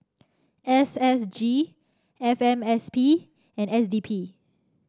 S S G F M S P and S D P